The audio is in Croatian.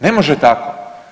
Ne može tako.